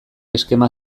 eskema